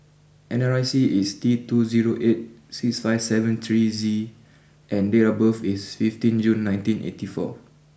N R I C is T two zero eight six five seven three Z and date of birth is fifteen June nineteen eighty four